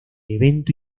evento